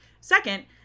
second